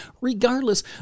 regardless